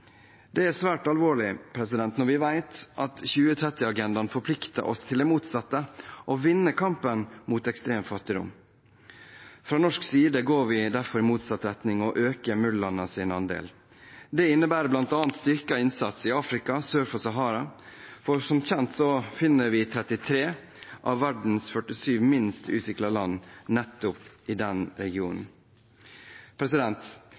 Det er svært alvorlig når vi vet at 2030-agendaen forplikter oss til det motsatte: å vinne kampen mot ekstrem fattigdom. Fra norsk side går vi derfor i motsatt retning og øker MUL-landenes andel. Dette innebærer bl.a. styrket innsats i Afrika sør for Sahara. Som kjent finner vi 33 av verdens 47 minst utviklede land nettopp i denne regionen.